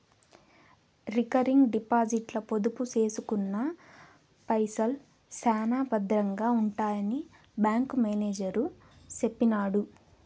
recurring డిపాజిట్ల పొదుపు సేసుకున్న పైసల్ శానా బద్రంగా ఉంటాయని బ్యాంకు మేనేజరు సెప్పినాడు